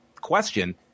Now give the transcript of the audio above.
question